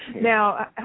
Now